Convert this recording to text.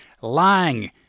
lying